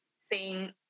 seeing